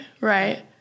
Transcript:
right